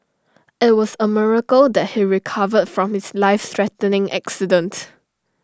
IT was A miracle that he recovered from his life threatening accident